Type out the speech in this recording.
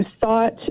thought